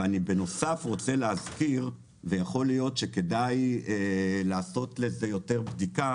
בנוסף אני רוצה להזכיר - ויכול להיות שכדאי לעשות בדיקה